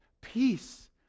Peace